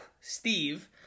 Steve